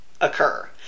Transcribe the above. occur